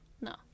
No